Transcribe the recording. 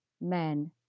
men